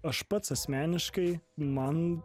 aš pats asmeniškai man